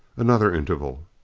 another interval.